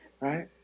Right